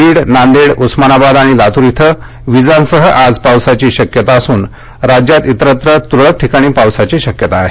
बीड नांदेड उस्मानाबाद आणि लातूर इथं विजांसह आज पावसाची शक्यता असून राज्यात इतरत्र तुरळक ठिकाणी पावसाची शक्यता आहे